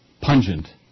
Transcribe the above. pungent